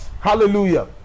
hallelujah